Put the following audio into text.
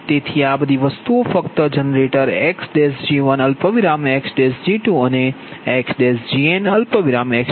તેથી આ બધી વસ્તુઓ ફક્ત જનરેટર xg1xg2અને xgnxgr દર્શાવે છે